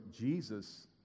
Jesus